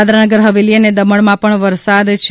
દાદરા નગર હવેલી અને દમણમાં પણ વરસાદ છે